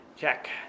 Check